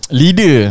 leader